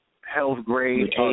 health-grade